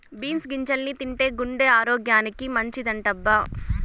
beans గింజల్ని తింటే గుండె ఆరోగ్యానికి మంచిదటబ్బా